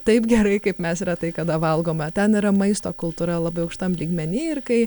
taip gerai kaip mes retai kada valgome ten yra maisto kultūra labai aukštam lygmeny ir kai